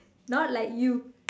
not like you